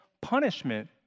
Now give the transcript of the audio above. punishment